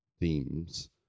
themes